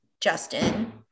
Justin